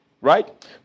Right